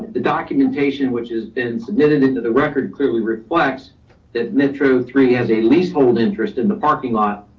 the documentation which has been submitted into the record clearly reflects that metro three has a leasehold interest in the parking lot,